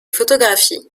photographie